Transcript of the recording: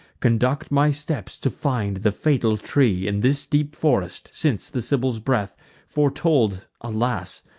conduct my steps to find the fatal tree, in this deep forest since the sibyl's breath foretold, alas!